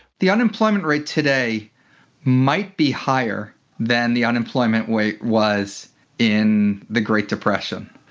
the unemployment rate today might be higher than the unemployment rate was in the great depression.